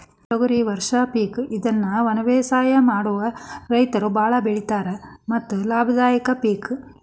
ತೊಗರಿ ವರ್ಷ ಪಿಕ್ ಇದ್ನಾ ವನಬೇಸಾಯ ಮಾಡು ರೈತರು ಬಾಳ ಬೆಳಿತಾರ ಮತ್ತ ಲಾಭದಾಯಕ ಪಿಕ್